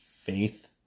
faith